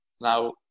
now